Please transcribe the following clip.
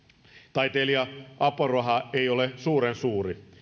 taiteilija apuraha ei ole suuren suuri